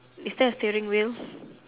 is there a steering wheel